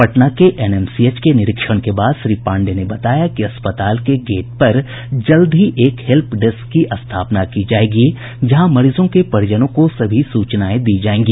पटना के एनएमसीएच के निरीक्षण के बाद श्री पांडेय ने बताया कि अस्पताल के गेट पर जल्द ही एक हेल्प डेस्क की स्थापना की जायेगी जहां मरीजों के परिजनों को सभी सूचनाएं दी जायेंगी